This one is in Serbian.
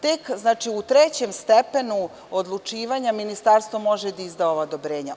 Tek u trećem stepenu odlučivanja ministarstvo može da da odobrenje.